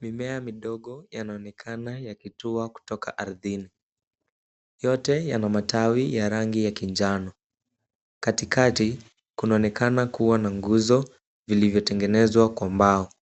Mimea midogo yanaonekana yakitua kutoka ardhini. Yote yana matawi ya rangi ya kinjano. Katikati kunaonekana kuwa na nguzo vilivyotengenezwa kwa mbao.